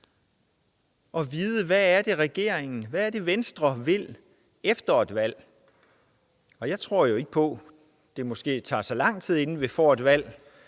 at vide, hvad det er, Venstre vil efter et valg. Jeg tror jo ikke på, at det måske tager så lang tid, inden vi får et valg.